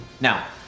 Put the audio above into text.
Now